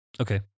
Okay